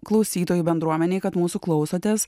klausytojų bendruomenei kad mūsų klausotės